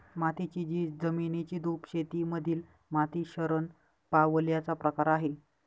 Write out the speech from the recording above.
मातीची झीज, जमिनीची धूप शेती मधील माती शरण पावल्याचा प्रकार आहे